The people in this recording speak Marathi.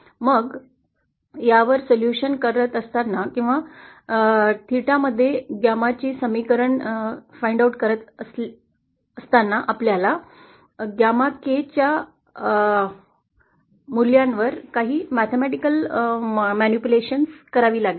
मग यावर उपाय करताना थेटामध्ये गॅमाची समीकरण शोधताना आपल्याला गॅमा के च्या मूल्यावर एक छोटीशी गणिती हाताळणी करावी लागली